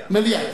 מליאה.